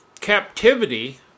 captivity